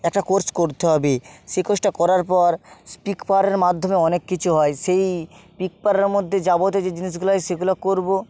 একটা কোর্স করতে হবে সেই কোর্সটা করার পর স্পিক পাওয়ারের মাধ্যমে অনেক কিছু হয় সেই স্পিক পাওয়ারের মধ্যে যাবতীয় যে জিনিসগুলো হয় সেগুলো করবো